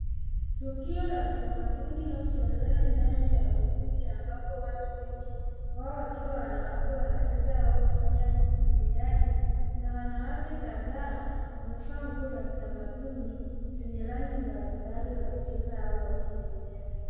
Tukio la kitamaduni au sherehe ndani ya ukumbi ambapo watu wengi, wao wakiwa wanawake wanacheza au kufanya burudani na wanawke kadhaa wamevaa nguo za kitamaduni.